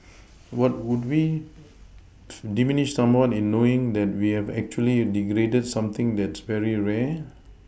what would we diminished somewhat in knowing that we've actually degraded something that's very rare